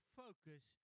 focus